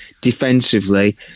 defensively